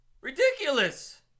Ridiculous